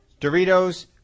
Doritos